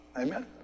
Amen